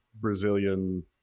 Brazilian